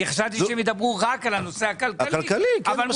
חשבתי שהם ידברו רק על הנושא הכלכלי אבל מותר להם.